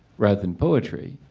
rather than poetry